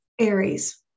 Aries